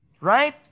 right